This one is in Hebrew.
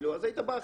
אז היית בא,